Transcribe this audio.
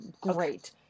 great